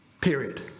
Period